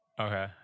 Okay